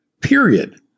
period